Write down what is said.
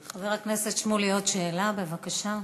חבר הכנסת שמולי, עוד שאלה, בבקשה.